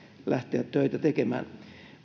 lähteä töitä tekemään